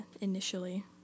Initially